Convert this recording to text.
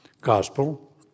gospel